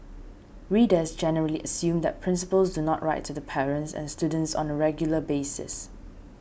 readers generally assume that principals do not write to the parents and students on a regular basis